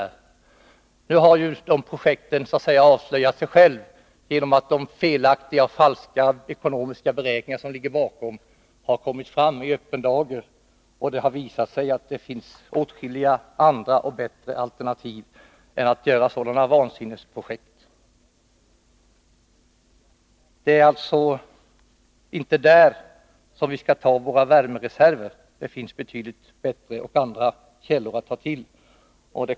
Men nu har ju de projekten så att säga avslöjat sig själva genom att de felaktiga och falska ekonomiska beräkningar som ligger bakom har kommit i öppen dager. Det har visat sig att det finns åtskilliga andra och bättre alternativ än dessa vansinnesprojekt. Det är alltså inte där som vi skall ta våra värmereserver. Det finns betydligt bättre källor att ta till.